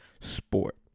sport